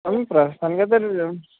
ప్రస్తుతానికైతే